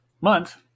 month